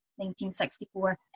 1964